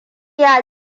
ta